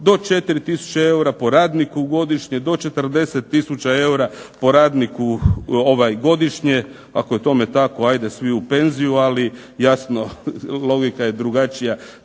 do 4 tisuće eura po radniku godišnje, do 40 tisuća eura po radniku godišnje. Ako je tome tako ajde svi u penziju, ali jasno logika je drugačija,